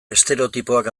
estereotipoak